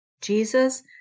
Jesus